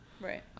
right